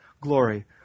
glory